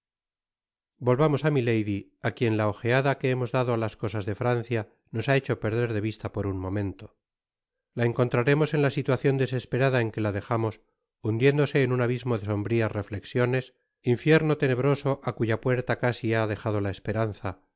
volvamos á milady á quien la ojeada que hemos dado á las cosias de francia nos ha hecho perder de vista por un momento la encontraremos en la situacion desesperada en que la dejamos hundiéndose en un abismo de sombrias reflexiones infierno tenebroso á cuya puerta casi ha dejado la esperanza